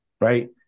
right